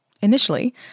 Initially